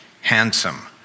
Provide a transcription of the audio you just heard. handsome